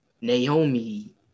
Naomi